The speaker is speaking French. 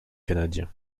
canadien